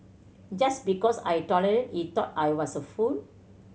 just because I tolerated he thought I was a fool